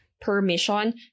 permission